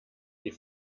die